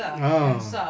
ah